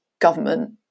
government